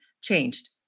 changed